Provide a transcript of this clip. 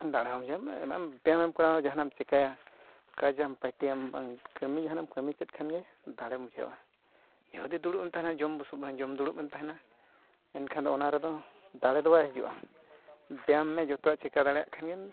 ᱫᱟᱲᱮ ᱦᱚᱸ ᱵᱩᱡᱷᱟᱹᱣᱢᱮ ᱟᱢᱮᱢ ᱵᱮᱭᱟᱢᱮᱢ ᱠᱚᱨᱟᱣᱟ ᱡᱟᱦᱟᱱᱟᱜ ᱮᱢ ᱪᱤᱠᱟᱹᱭᱟ ᱠᱟᱡᱟᱢ ᱯᱟᱴᱤᱭᱟᱢ ᱵᱟᱝ ᱠᱟᱹᱢᱤ ᱡᱟᱦᱟᱱᱟᱜ ᱮᱢ ᱠᱟᱹᱢᱤ ᱠᱮᱫᱠᱷᱟᱱᱜᱮ ᱫᱟᱲᱮᱢ ᱵᱩᱡᱷᱟᱹᱣᱟ ᱡᱩᱫᱤ ᱫᱩᱲᱩᱵᱮᱢ ᱛᱟᱦᱮᱱᱟ ᱡᱚᱢ ᱵᱩᱥᱩᱵ ᱡᱚᱢ ᱫᱩᱲᱩᱵ ᱮᱢ ᱛᱟᱦᱮᱱᱟ ᱮᱱᱠᱷᱟᱱᱫᱚ ᱚᱱᱟᱨᱮᱫᱚ ᱫᱟᱲᱮᱫᱚ ᱵᱟᱭ ᱦᱤᱡᱩᱜᱼᱟ ᱵᱮᱭᱟᱢᱢᱮ ᱡᱚᱛᱚᱣᱟᱜ ᱪᱤᱠᱟᱹ ᱫᱟᱲᱮᱭᱟᱜ ᱠᱷᱟᱱᱜᱮᱢ